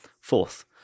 Fourth